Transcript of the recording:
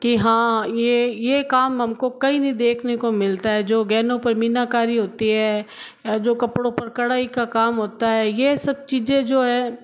कि हाँ यह यह काम हमको कहीं नहीं देखने को मिलता है जो गहनों पर मीनाकारी होती है जो कपड़ों पर कढ़ाई का काम होता है यह सब चीजें जो है